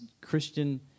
Christian